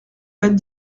faites